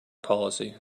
policy